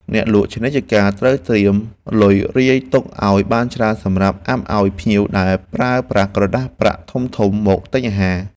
អ្នកលក់ជានិច្ចកាលត្រូវត្រៀមលុយរាយទុកឱ្យបានច្រើនសម្រាប់អាប់ឱ្យភ្ញៀវដែលប្រើប្រាស់ក្រដាសប្រាក់ធំៗមកទិញអាហារ។